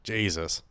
Jesus